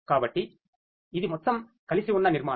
కాబట్టి ఇది మొత్తం కలిసి వున్న నిర్మాణం